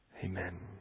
amen